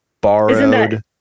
borrowed